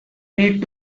need